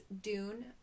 Dune